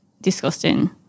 disgusting